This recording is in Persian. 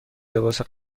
لباس